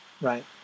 right